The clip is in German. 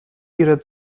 ihrer